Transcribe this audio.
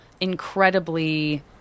incredibly